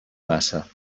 massa